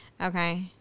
Okay